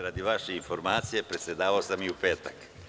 Radi vaše informacije, predsedavao sam i u petak.